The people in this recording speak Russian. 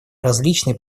различные